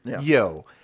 Yo